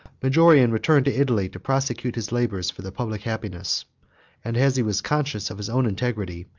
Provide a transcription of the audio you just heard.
majorian returned to italy, to prosecute his labors for the public happiness and, as he was conscious of his own integrity,